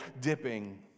dipping